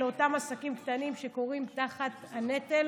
לאותם עסקים קטנים שכורעים תחת הנטל,